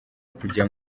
kujya